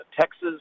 Texas